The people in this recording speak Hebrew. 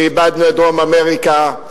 שאיבדנו את דרום-אמריקה,